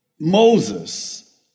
Moses